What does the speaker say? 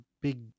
big